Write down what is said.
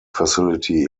facility